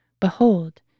Behold